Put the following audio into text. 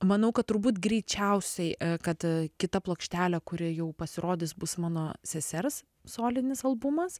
manau kad turbūt greičiausiai kad kita plokštelė kuri jau pasirodys bus mano sesers solinis albumas